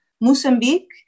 Mozambique